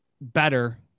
better